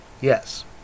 Yes